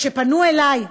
כשפנו אלי,